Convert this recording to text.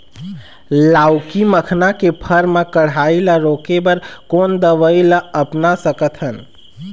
लाउकी मखना के फर मा कढ़ाई ला रोके बर कोन दवई ला अपना सकथन?